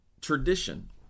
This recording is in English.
tradition